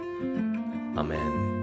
Amen